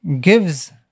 gives